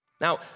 Now